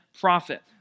profit